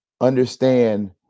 understand